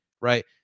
Right